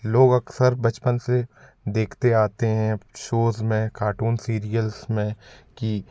लोग अक्सर बचपन से देखते आते हैं शोज़ में कार्टून सिरियल्स में कि